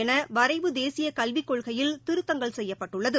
எனவரைவு தேசியகல்விக் கொள்கையில் திருத்தம் செய்யப்பட்டுள்ளது